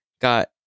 Got